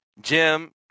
Jim